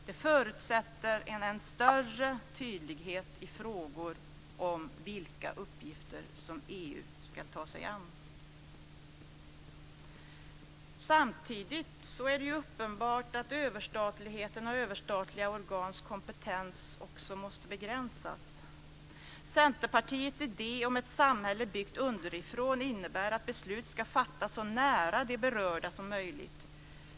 Det förutsätter en större tydlighet i frågor om vilka uppgifter som EU ska ta sig an. Samtidigt är det uppenbart att överstatligheten och överstatliga organs kompetens också måste begränsas. Centerpartiets idé om ett samhälle byggt underifrån innebär att beslut ska fattas så nära de berörda som möjligt.